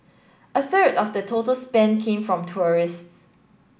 a third of the total spend came from tourists